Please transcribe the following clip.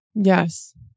Yes